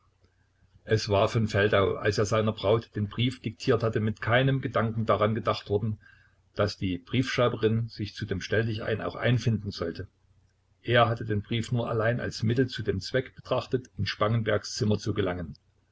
es war von feldau als er seiner braut den brief diktiert hatte mit keinem gedanken daran gedacht worden daß die briefschreiberin sich zu dem stelldichein auch einfinden sollte er hatte den brief nur allein als mittel zu dem zweck betrachtet in spangenbergs zimmer zu gelangen